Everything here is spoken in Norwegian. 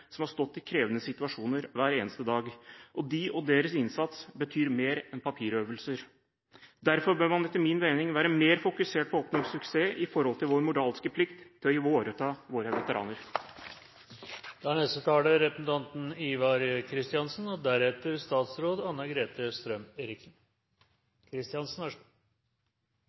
som har stått i krevende situasjoner hver eneste dag. De og deres innsats betyr mer enn papirøvelser. Derfor bør man etter min mening være mer fokusert på å oppnå suksess når det gjelder vår moralske plikt til å ivareta våre veteraner. Også jeg vil takke utenriksministeren for en bred og god